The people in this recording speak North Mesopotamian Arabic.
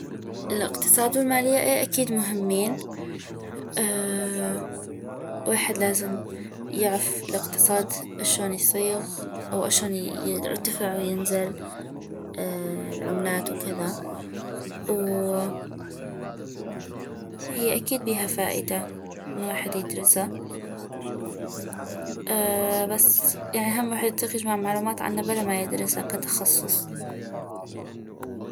الاقتصاد والمالية اي اكيد مهمين ويحد لازم يعف الاقتصاد اشون يصيغ او اشون يرتفع وينزل العملات وكذا وهي اكيد بيها فائدة انو ويحد يدرسا بس ويحد هم يطيق يجمع معلومات عنا بلا ما يدرسا كتخصص